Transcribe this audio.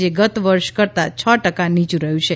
જે ગતવર્ષ કરતાં છ ટકા નીયું રહ્યું છે